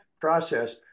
process